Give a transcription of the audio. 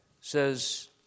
says